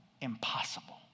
impossible